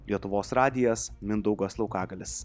lietuvos radijas mindaugas laukagalis